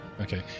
Okay